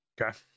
okay